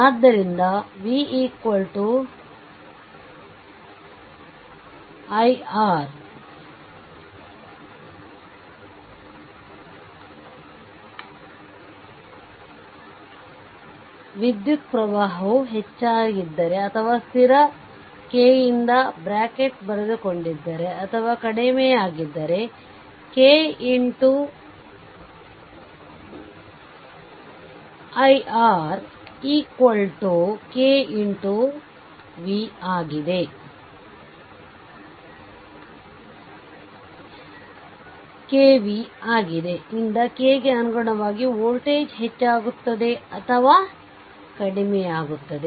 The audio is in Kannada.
ಆದ್ದರಿಂದ v iR ವಿದ್ಯುತ್ ಪ್ರವಾಹವು ಹೆಚ್ಚಾಗಿದ್ದರೆ ಅಥವಾ ಸ್ಥಿರ k ಯಿಂದ ಬ್ರಾಕೆಟ್ ಬರೆದುಕೊಂಡಿದ್ದರೆ ಅಥವಾ ಕಡಿಮೆಯಾಗಿದ್ದರೆ k i R kv ಯಿಂದ k ಗೆ ಅನುಗುಣವಾಗಿ ವೋಲ್ಟೇಜ್ ಹೆಚ್ಚಾಗುತ್ತದೆ ಅಥವಾ ಕಡಿಮೆಯಾಗುತ್ತದೆ